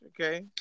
Okay